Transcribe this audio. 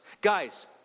Guys